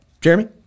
jeremy